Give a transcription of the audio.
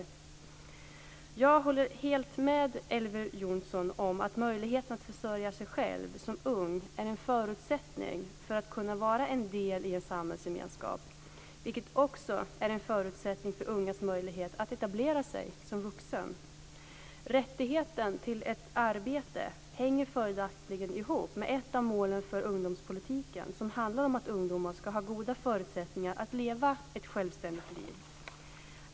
Jag håller helt med Elver Jonsson om att möjligheten att försörja sig själv som ung är en förutsättning för att kunna vara en del i en samhällsgemenskap, vilket också är en förutsättning för ungas möjlighet att etablera sig som vuxna. Rätten till ett arbete hänger följaktligen ihop med ett av målen för ungdomspolitiken som handlar om att ungdomar ska ha goda förutsättningar att leva ett självständigt liv.